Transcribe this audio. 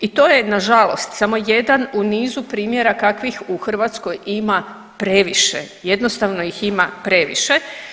I to je nažalost samo jedan u nizu primjera kakvih u Hrvatskoj ima previše, jednostavno ih ima previše.